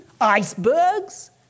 Icebergs